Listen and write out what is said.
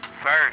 First